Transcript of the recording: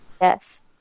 Yes